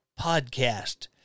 podcast